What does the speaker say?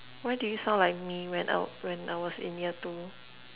why do you sound like me when I when I was in year two